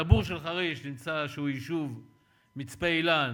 לפגיעה קשה מאוד במשפחות האלה,